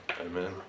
Amen